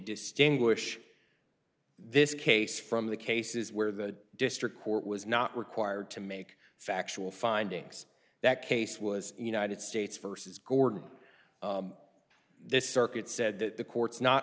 distinguish this case from the cases where the district court was not required to make factual findings that case was united states versus gordon this circuit said that the court's not